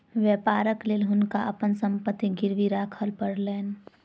व्यापारक लेल हुनका अपन संपत्ति गिरवी राखअ पड़लैन